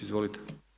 Izvolite.